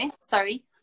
sorry